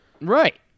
Right